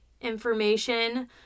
information